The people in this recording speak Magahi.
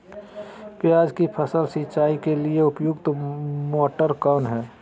प्याज की फसल सिंचाई के लिए उपयुक्त मोटर कौन है?